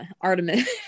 artemis